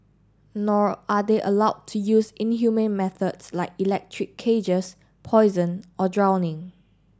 nor are they allowed to use inhumane methods like electric cages poison or drowning